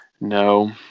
no